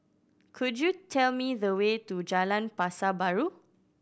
could you tell me the way to Jalan Pasar Baru